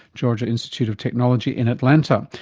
georgia institute of technology in atlanta,